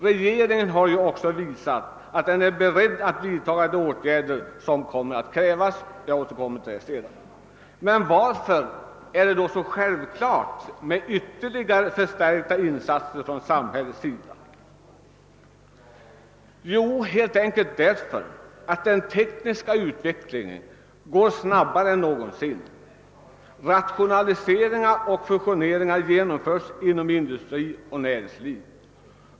Regeringen har ju också visat att den är beredd att vidta de åtgärder som kommer att krävas. Jag återkommer till detta. Men varför är det då så självklart med ytterligare förstärkta insatser från samhällets sida? Jo, helt enkelt därför att den tekniska utvecklingen går snabbare än någonsin. Rationaliseringar och fusioneringar genomförs inom industri och övrigt näringsliv.